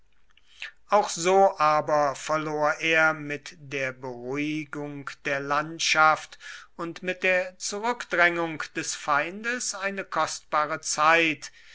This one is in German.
auch so aber verlor er mit der beruhigung der landschaft und mit der zurückdrängung des feindes eine kostbare zeit